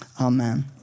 Amen